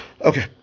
okay